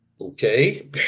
Okay